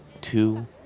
Two